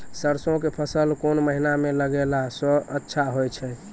सरसों के फसल कोन महिना म लगैला सऽ अच्छा होय छै?